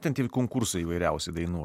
ten tie konkursai įvairiausi dainų